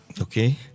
okay